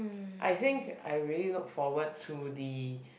I think I really look forward to the